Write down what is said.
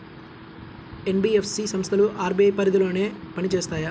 NBFC సంస్థలు RBI పరిధిలోనే పని చేస్తాయా?